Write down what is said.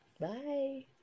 Bye